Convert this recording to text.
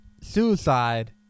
Suicide